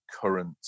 current